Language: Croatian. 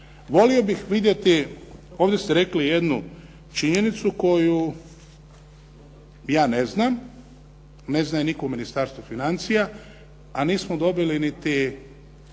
Volio bih vidjeti, ovdje ste rekli jednu činjenicu koju ja ne znam. Ne zna je nitko u Ministarstvu financija, a nismo dobili niti